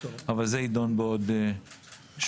אבל זה יידון בעוד שבועיים.